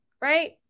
right